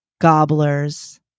gobblers